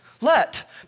let